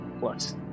Plus